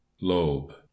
lobe